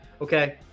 Okay